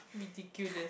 ridiculous